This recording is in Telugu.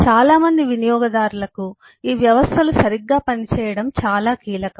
చాలా మంది వినియోగదారులకు ఈవ్యవస్థలు సరిగ్గా పని చేయడం చాలా కీలకం